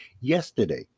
Yesterday